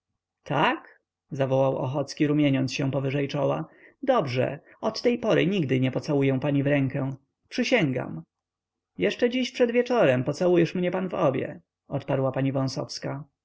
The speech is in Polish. tak zawołał ochocki rumieniąc się powyżej czoła dobrze od tej pory nigdy nie pocałuję pani w rękę przysięgam jeszcze dziś przed wieczorem pocałujesz mnie pan w obie odparła pani